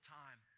time